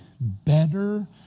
better